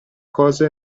cose